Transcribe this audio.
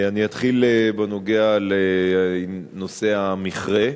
אני אתחיל בנוגע לנושא המכרה.